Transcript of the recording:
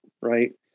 right